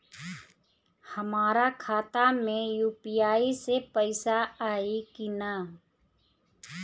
हमारा खाता मे यू.पी.आई से पईसा आई कि ना?